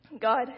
God